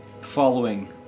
following